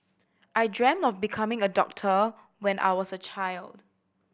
I dreamt of becoming a doctor when I was a child